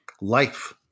life